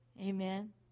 Amen